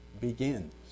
begins